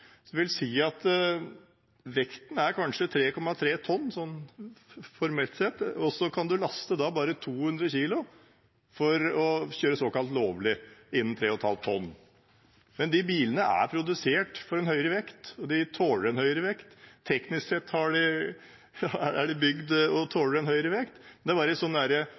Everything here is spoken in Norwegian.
kanskje 3,3 tonn, formelt sett, og så kan man bare laste 200 kilo for å kjøre såkalt lovlig, innen 3,5 tonn. Men de bilene er produsert for en høyere vekt, og de tåler en høyere vekt. Teknisk sett er de bygd for å tåle det. Det er bare en juridisk og teknisk finurlighet at de er såkalt nedregistrert. Det